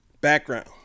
Background